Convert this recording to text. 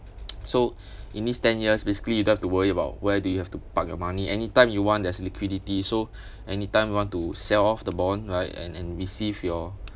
so in this ten years basically you don't have to worry about where do you have to park your money anytime you want there's liquidity so anytime you want to sell off the bond right and and receive your